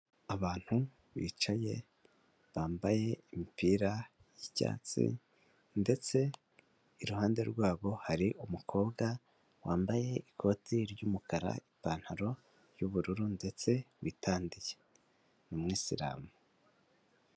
Abantu bicaye bambaye imipira y'icyatsi, ndetse iruhande rwabo hari umukobwa wambaye ikoti ry'umukara ipantaro y'ubururu ndetse witandiye, ni umwisilamu.